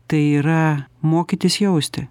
tai yra mokytis jausti